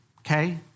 okay